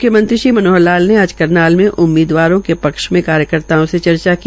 म्ख्यमंत्री श्री मनोहर लाल ने आज करनाल में उम्मीदवारों के पक्षमें कार्यकताओं से चर्चा की